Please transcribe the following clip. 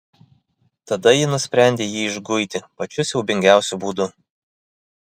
tada ji nusprendė jį išguiti pačiu siaubingiausiu būdu